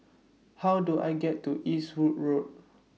How Do I get to Eastwood Road